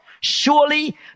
surely